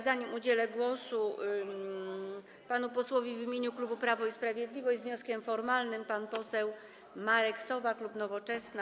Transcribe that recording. Zanim udzielę głosu panu posłowi w imieniu klubu Prawo i Sprawiedliwość, z wnioskiem formalnym pan poseł Marek Sowa, klub Nowoczesna.